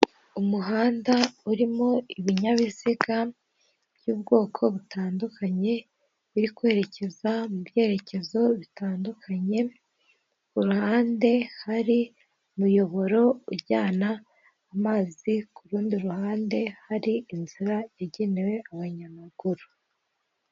Umuhanda urimo ibinyabiziga by'ubwoko butandukanye, biri kwerekeza mu byerekezo bitandukanye, ku ruhande hari umuyoboro ujyana amazi, ku rundi ruhande hari inzira igenewe abanyamaguru.